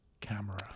camera